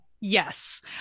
Yes